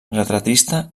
retratista